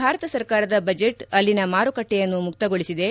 ಭಾರತ ಸರ್ಕಾರದ ಬಜೆಟ್ ಅಲ್ಲಿನ ಮಾರುಕಟ್ಟೆಯನ್ನು ಮುಕ್ತಗೊಳಿಸಿದೆ